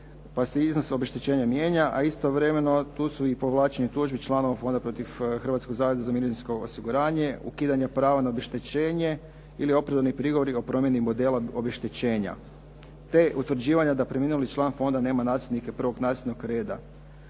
pa se iznos obeštećenja mijenja a istovremeno tu su i povlačenje tužbi članova fonda protiv Hrvatskog zavoda za mirovinsko osiguranje, ukidanje prava na obeštećenje, ili opravdani prigovori o promjeni modela obeštećenja. Te utvrđivanja da preminuli član fonda nema nasljednike prvog nasljednog reda.